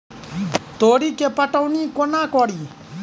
तोरी केँ पटौनी कोना कड़ी?